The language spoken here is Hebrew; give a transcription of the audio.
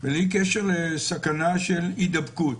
בלי קשר סכנה של הידבקות.